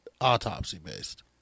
autopsy-based